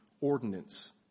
ordinance